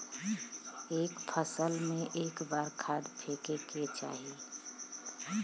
एक फसल में क बार खाद फेके के चाही?